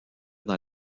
dans